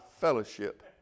fellowship